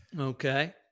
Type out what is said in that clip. Okay